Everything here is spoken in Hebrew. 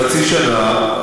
חצי שנה,